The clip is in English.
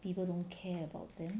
people don't care about them